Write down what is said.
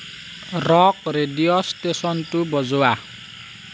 rock radio ষ্টেশ্যনটো বজোৱা